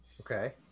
okay